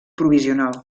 provisional